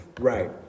Right